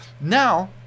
Now